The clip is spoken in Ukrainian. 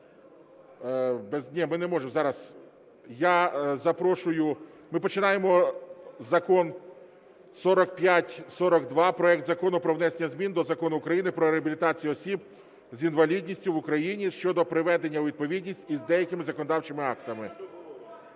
Ні, ми не можемо. Ми починаємо Закон 4542, проект Закону про внесення змін до Закону України "Про реабілітацію осіб з інвалідністю в Україні" щодо приведення у відповідність із деякими законодавчими актами.